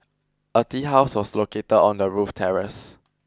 a tea house was located on the roof terrace